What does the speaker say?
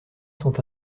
sont